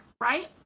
right